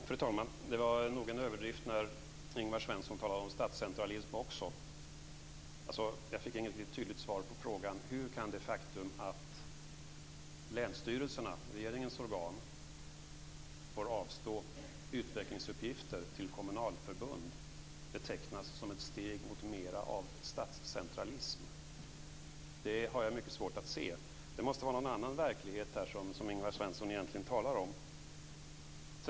Fru talman! Det var nog en överdrift när Ingvar Svensson talade om statscentralism också. Jag fick inget tydligt svar på frågan: Hur kan det faktum att länsstyrelserna, regeringens organ, får avstå utvecklingsuppgifter till kommunalförbund betecknas som ett steg mot mer av statscentralism? Det har jag mycket svårt att se. Det måste vara någon annan verklighet som Ingvar Svensson egentligen talar om.